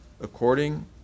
according